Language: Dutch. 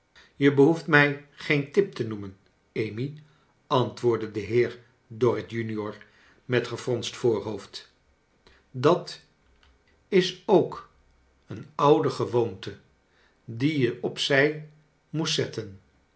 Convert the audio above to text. je behoeft mij geen tip te noenien amy antwoordde de heer dorrit junior met gefronst voorhoofd dat is ook een oude gewoonte die je op zij moest zetten